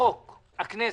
חוקקנו חוק, הכנסת,